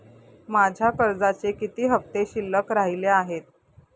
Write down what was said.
माझ्या कर्जाचे किती हफ्ते शिल्लक राहिले आहेत?